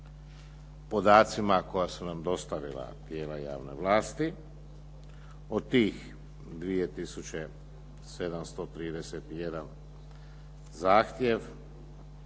podacima koje su nam dostavila tijela javne vlasti od tih 2 tisuće 731 zahtjev